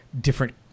different